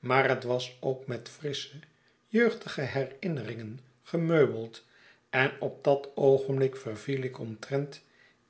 maar het was ook met frissche jeugdige herinneringen gemeubeld en op dat oogenblik verviel ik omtrent